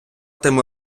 тим